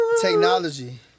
Technology